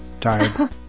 tired